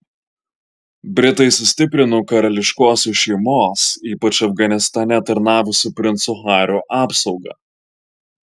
britai sustiprino karališkosios šeimos ypač afganistane tarnavusio princo hario apsaugą